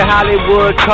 Hollywood